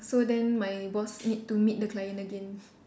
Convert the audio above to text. so then my boss need to meet the client again